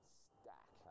stack